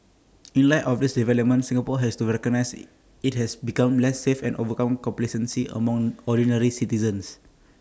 in light of these developments Singapore has to recognise IT has become less safe and overcome complacency among ordinary citizens